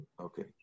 Okay